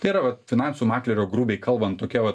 tai yra finansų maklerio grubiai kalbant tokia vat